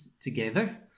together